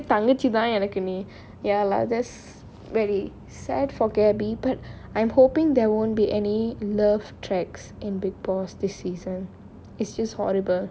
தங்கச்சிதான் எனக்கு நீ:thangachithaan enakku nee ya lah that's very sad for gaby but I'm hoping there won't be any love tracks in bigg boss this season it's just horrible